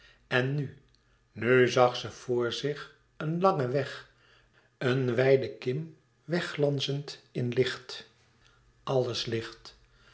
en nu nu zag ze voor zich een langen weg een wijde kim wegglansend in licht alles licht